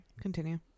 Continue